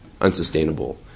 unsustainable